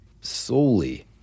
solely